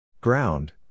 Ground